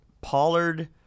Pollard